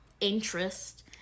interest